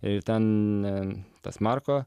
ir ten tas marko